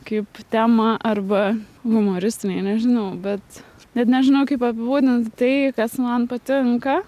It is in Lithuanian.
kaip temą arba humoristiniai nežinau bet net nežinau kaip apibūdint tai kas man patinka